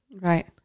right